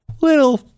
Little